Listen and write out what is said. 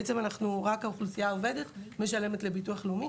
בעצם רק האוכלוסייה העובדת משלמת לביטוח לאומי,